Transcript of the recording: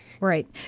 Right